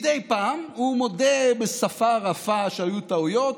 מדי פעם הוא מודה בשפה רפה שהיו טעויות,